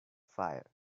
fire